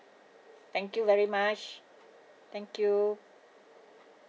thank you very much thank you